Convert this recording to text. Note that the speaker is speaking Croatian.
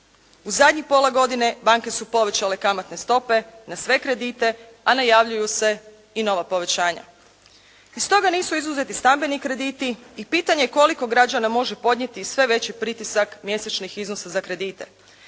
U zadnjih pola godine banke su povećale kamatne stope na sve kredite, a najavljuju se i nova povećanja. Iz toga nisu izuzeti stambeni krediti i pitanje koliko građana može podnijeti sve veći pritisak mjesečnih iznosa za kredite.